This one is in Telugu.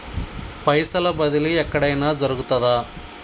పైసల బదిలీ ఎక్కడయిన జరుగుతదా?